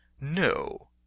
No